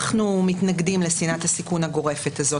אנחנו מתנגדים לשנאת הסיכון הגורפת הזאת.